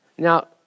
Now